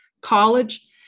college